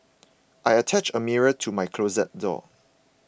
I attached a mirror to my closet door